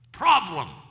problem